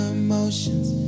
emotions